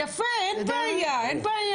יפה, אין בעיה.